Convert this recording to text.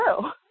true